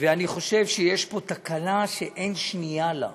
ואני חושב שיש פה תקלה שאין שנייה לה.